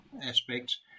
aspects